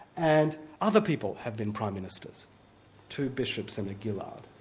and other people have been prime ministers two bishops and a gillard,